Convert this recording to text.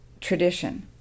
tradition